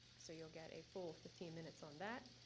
so you'll get a full fifteen minutes on that.